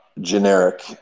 generic